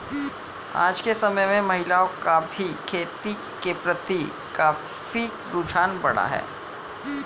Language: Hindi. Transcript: आज के समय में महिलाओं का भी खेती के प्रति काफी रुझान बढ़ा है